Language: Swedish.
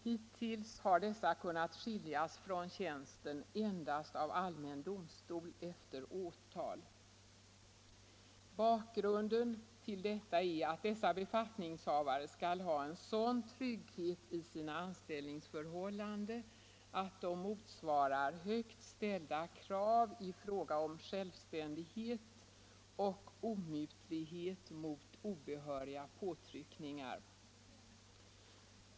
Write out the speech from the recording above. Hittills har dessa kunnat skiljas från tjänsten endast av allmän domstol efter åtal. Bakgrunden till detta är att dessa författningshavare skall ha en sådan trygghet i sina anställningsförhållanden att de motsvarar högt ställda krav i fråga om självständighet och omutlighet mot obehöriga påtryckningar.